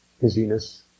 busyness